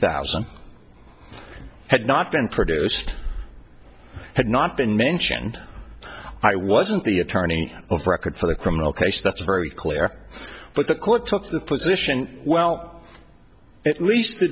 thousand and had not been produced had not been mentioned i wasn't the attorney of record for the criminal case that's very clear but the court took the position well at least the